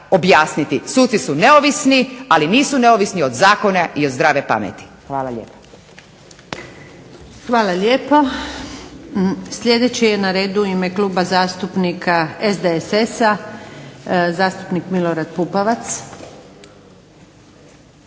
objasniti. Suci su neovisni, ali nisu neovisni od zakona i od zdrave pameti. Hvala lijepa. **Antunović, Željka (SDP)** Hvala lijepo. Sljedeći je na redu u ime Kluba zastupnika SDSS-a zastupnik Milorad Pupovac.